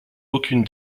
aucune